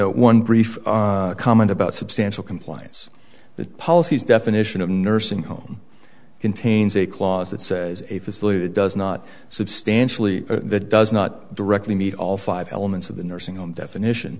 important one brief comment about substantial compliance the policies definition of nursing home contains a clause that says a facility that does not substantially that does not directly meet all five elements of the nursing home definition